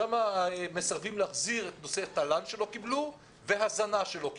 שם מסרבים להחזיר את הכספים לתל"ן שלא קיבלו והזנה שלא קיבלו.